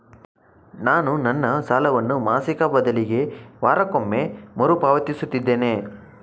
ನಾನು ನನ್ನ ಸಾಲವನ್ನು ಮಾಸಿಕ ಬದಲಿಗೆ ವಾರಕ್ಕೊಮ್ಮೆ ಮರುಪಾವತಿಸುತ್ತಿದ್ದೇನೆ